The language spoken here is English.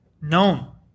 known